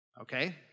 Okay